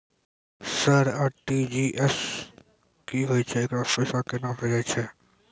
Sir RTGS की होय छै, एकरा से पैसा केना भेजै छै?